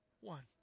One